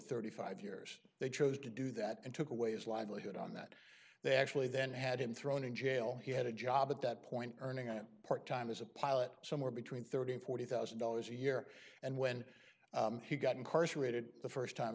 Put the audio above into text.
thirty five years they chose to do that and took away his livelihood on that they actually then had him thrown in jail he had a job at that point earning a part time as a pilot somewhere between thirty dollars and forty thousand dollars a year and when he got incarcerated the st time